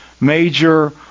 major